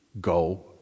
go